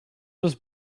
was